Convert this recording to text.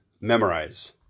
memorize